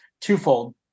twofold